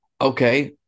Okay